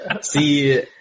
see